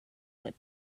web